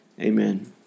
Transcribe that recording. Amen